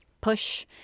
push